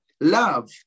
Love